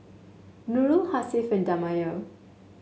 Nurul Hasif and Damia